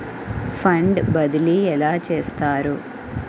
Fund బదిలీ ఎలా చేస్తారు?